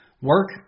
Work